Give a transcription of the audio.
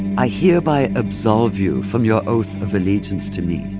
i hereby absolve you from your oath of allegiance to me.